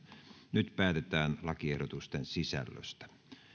nyt päätetään lakiehdotusten sisällöstä